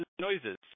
noises